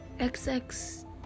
xx